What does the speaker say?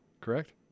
Correct